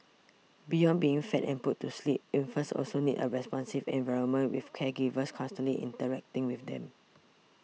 beyond being fed and put to sleep infants also need a responsive environment with caregivers constantly interacting with them